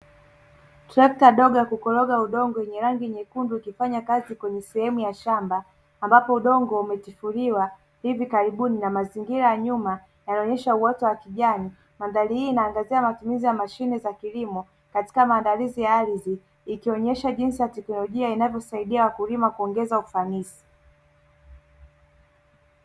Trekta dogo ya kukoroga udongo yenye rangi nyekundu ikifanya kazi kwenye sehemu ya shamba ambapo udongo umetifuliwa hivi karibuni na mazingira ya nyuma yanaonyesha uoto wa kijani, mandhari hii inaangazia matumizi ya mashine za kilimo katika maandalizi ya ardhi ikionyesha jinsi teknolojia inavyosaidia wakulima kuongeza ufanisi.